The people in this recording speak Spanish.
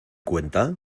cuenta